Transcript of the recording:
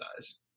size